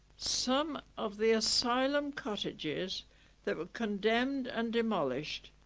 some of the asylum cottages that were condemned and demolished.